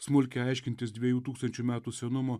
smulkiai aiškintis dviejų tūkstančių metų senumo